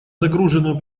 загруженную